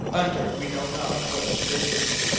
under we know not what conditions,